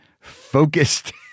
focused